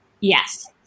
Yes